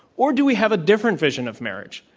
or do we have a different vision of marriage?